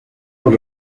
por